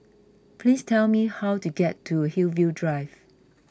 please tell me how to get to Hillview Drive